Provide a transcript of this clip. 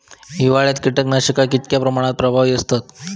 हिवाळ्यात कीटकनाशका कीतक्या प्रमाणात प्रभावी असतत?